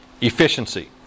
efficiency